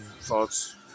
thoughts